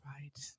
right